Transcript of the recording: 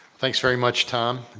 thanks very much, tom.